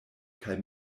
kaj